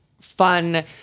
fun